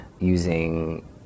using